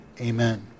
Amen